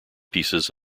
pieces